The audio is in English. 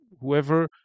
whoever